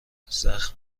زخم